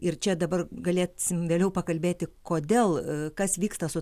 ir čia dabar galėsim vėliau pakalbėti kodėl kas vyksta su